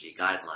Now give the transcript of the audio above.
guidelines